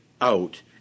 out